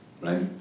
right